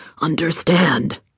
understand